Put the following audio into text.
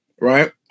right